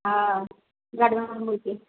हा गाड मॅडम बोलते आहे